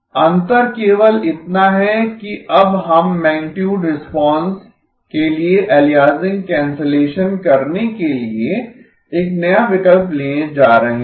अंतर केवल इतना है कि अब हम मैगनीटुड रिस्पांस के लिए अलियासिंग कैंसलेशन करने के लिए एक नया विकल्प लेने जा रहे हैं